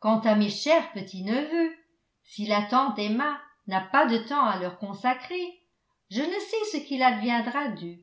quant à mes chers petits neveux si la tante emma n'a pas de temps à leur consacrer je ne sais ce qu'il adviendra d'eux